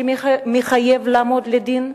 שמחויב לעמוד לדין,